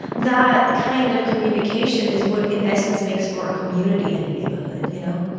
that kind of communication is what in essence makes for a community in a neighborhood, you know?